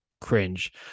cringe